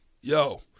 Yo